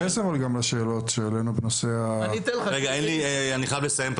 תתייחס גם לשאלות שהעלינו בנושא -- אני חייב לסיים,